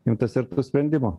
imtasi ir tų sprendimų